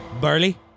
barley